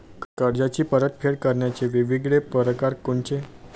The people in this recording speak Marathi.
कर्जाची परतफेड करण्याचे वेगवेगळ परकार कोनचे?